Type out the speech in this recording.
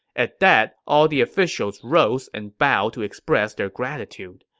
at that, all the officials rose and bowed to express their gratitude.